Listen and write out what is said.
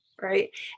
Right